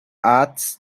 ads